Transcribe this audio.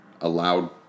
allowed